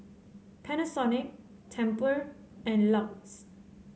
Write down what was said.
Panasonic Tempur and L U X